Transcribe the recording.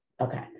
okay